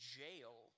jail